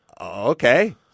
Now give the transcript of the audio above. okay